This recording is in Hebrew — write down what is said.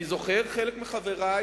אני זוכר חלק מחברי